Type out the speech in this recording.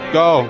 go